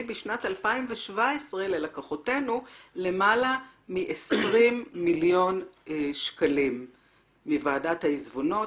בשנת 2017 ללקוחותינו מלמעלה מ-20 מיליון שקלים מוועדת העיזבונות,